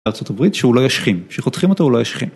ארצות הברית שאולי ישכים, שחותכים אותה אולי ישכים.